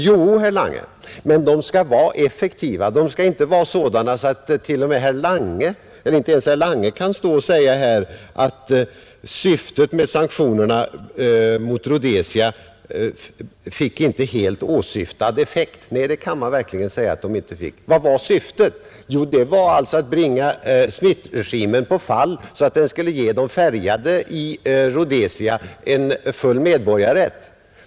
Jo, herr Lange, men de skall vara effektiva, inte sådana att t.o.m. herr Lange måste stå och säga att sanktionerna mot Rhodesia inte fick helt åsyftad effekt. Nej, det kan man verkligen säga att de inte fick! Vad var syftet? Att bringa Smithregimen på fall för att ge de färgade i Rhodesia full medborgarrätt.